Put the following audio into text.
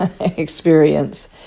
experience